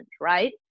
right